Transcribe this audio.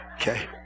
Okay